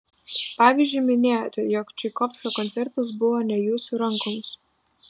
pavyzdžiui minėjote jog čaikovskio koncertas buvo ne jūsų rankoms